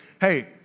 hey